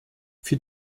für